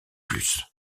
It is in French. plus